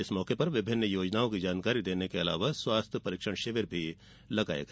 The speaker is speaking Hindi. इस मौके पर योजनाओं की जानकारी देने के अलावा स्वास्थ्य परीक्षण शिविर भी लगाया गया